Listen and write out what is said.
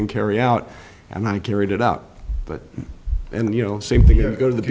g carry out and i carried it out but and you know same thing you know go to the